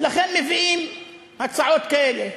ולכן מביאים הצעות כאלה.